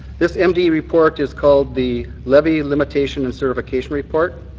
this md report is called the levy limitation and certification report.